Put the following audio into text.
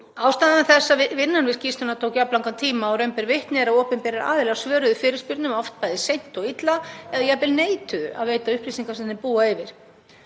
Ástæða þess að vinnan við skýrsluna tók jafn langan tíma og raun ber vitni er að opinberir aðilar svöruðu fyrirspurnum oft bæði seint og illa eða jafnvel neituðu að veita upplýsingar sem þeir búa yfir.